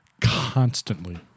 constantly